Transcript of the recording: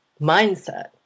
mindset